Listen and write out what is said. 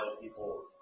people